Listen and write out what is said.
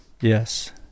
yes